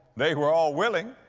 they were all willing,